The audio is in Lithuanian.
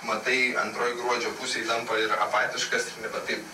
matai antroj gruodžio pusėj tampa ir apatiškas ir nebe taip